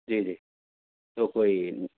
جی جی تو کوئی